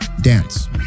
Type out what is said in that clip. dance